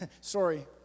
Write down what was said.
Sorry